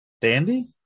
Dandy